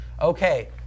Okay